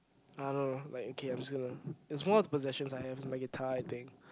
I don't know like okay I'm just gonna it's one of the possessions I have is my guitar I think